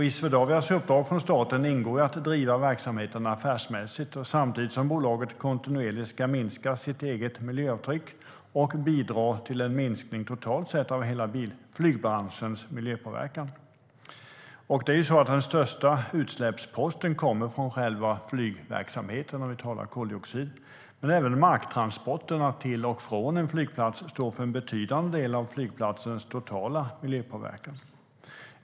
I Swedavias uppdrag från staten ingår att driva verksamheten affärsmässigt. Samtidigt ska bolaget kontinuerligt minska sitt eget miljöavtryck och bidra till en minskning totalt sett av hela flygbranschens miljöpåverkan. Den största utsläppsposten kommer från själva flygverksamheten om vi talar om koldioxid. Men även marktransporterna till och från en flygplats står för en betydande del av flygplatsens totala miljöpåverkan.